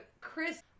Chris